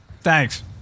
Thanks